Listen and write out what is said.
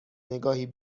نگاهی